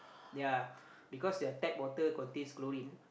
ya because your tap water got taste chlorine